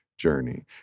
journey